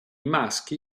maschi